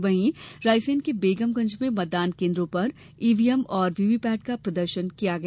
वहीं रायसेन के बेगमगंज में मतदान केन्द्रों पर ईवीएम और वीवीपैट का प्रदर्शन किया गया